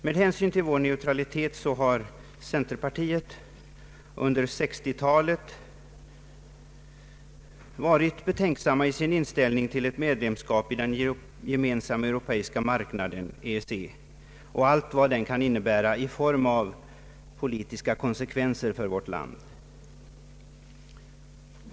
Med hänsyn till vår neutralitet har centerpartiet under 1960-talet varit betänksamt i sin inställning till ett medlemskap i den gemensamma europeiska marknaden, EEC, och allt vad den kan innebära i form av politiska konsekvenser för vårt land.